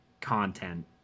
content